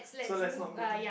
so let's not go there